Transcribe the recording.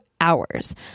hours